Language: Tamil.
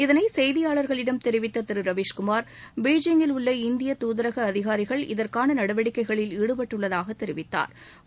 இதனை செய்தியாளர்களிடம் தெரிவித்த திரு ரவீஸ் குமார் பெய்ஜிங்கில் உள்ள இந்திய துதரக அதிகாரிகள் இதற்கான நடவடிக்கைகளில் ஈடுபட்டுள்ளதாகத் தெரிவித்தாா்